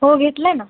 हो घेतलं आहे ना